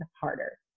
harder